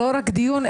לא רק דיון,